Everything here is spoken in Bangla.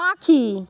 পাখি